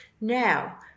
Now